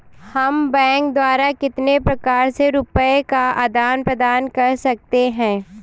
हम बैंक द्वारा कितने प्रकार से रुपये का आदान प्रदान कर सकते हैं?